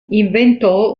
inventò